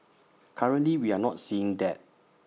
currently we are not seeing that